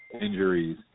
injuries